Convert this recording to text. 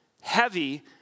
heavy